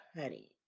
honey